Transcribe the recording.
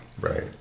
right